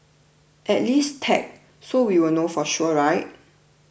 at least tag so we'll know for sure right